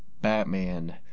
Batman